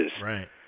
Right